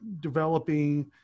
developing